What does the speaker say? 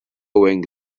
owain